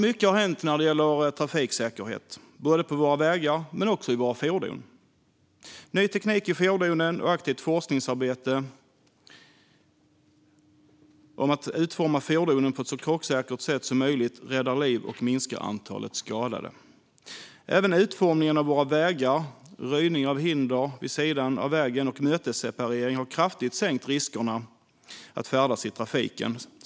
Mycket har hänt när det gäller trafiksäkerhet, både på våra vägar och i våra fordon. Ny teknik i fordonen och aktivt forskningsarbete för att utforma fordonen på ett så krocksäkert sätt som möjligt räddar liv och minskar antalet skadade. Även utformning av vägar, röjning av hinder vid sidan av vägen och mötesseparering har kraftigt sänkt riskerna att färdas i trafiken.